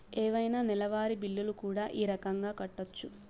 ఏవైనా నెలవారి బిల్లులు కూడా ఈ రకంగా కట్టొచ్చు